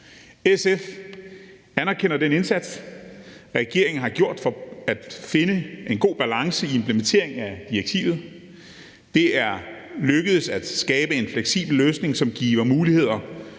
SF anerkender den indsats, regeringen har gjort for at finde en god balance i implementeringen af direktivet. Det er lykkedes at skabe en fleksibel løsning, som giver muligheder